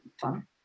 fun